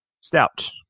Stout